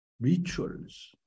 rituals